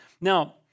Now